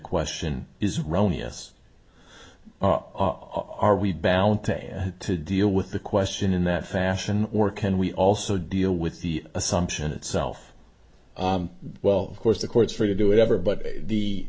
question is roni yes are we balance to deal with the question in that fashion or can we also deal with the assumption itself well of course the courts free to do whatever but the